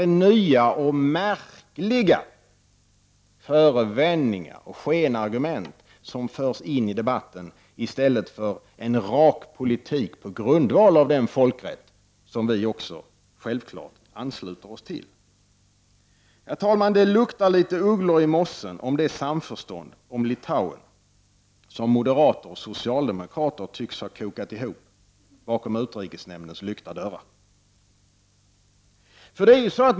Det är nya och märkliga förevändningar och skenargument som här förs in i debatten i stället för en rak politik på grundval av den folkrätt som vi också självfallet ansluter oss till. Herr talman! Det luktar litet av ugglor i mossen om det samförstånd om Litauen som moderater och socialdemokrater tycks ha kokat ihop bakom utrikesnämndens lyckta dörrar.